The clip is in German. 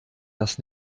das